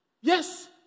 yes